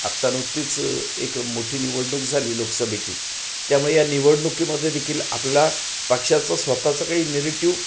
आता नुकतीच एक मोठी निवडणूक झाली लोकसभेची त्यामुळे या निवडणुकीमध्ये देखील आपला पक्षाचं स्वतःचं काही निरेटिव